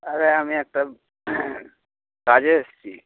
আরে আমি একটা কাজে এসেছি